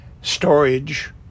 storage